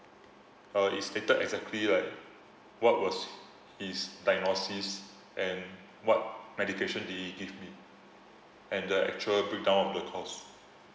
uh it's stated exactly like what was his diagnosis and what medication did he give me and the actual break down of the costs